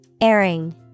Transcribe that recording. Airing